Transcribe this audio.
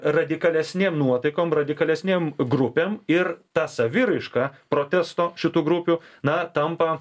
radikalesnėm nuotaikom radikalesnėm grupėm ir ta saviraiška protesto šitų grupių na tampa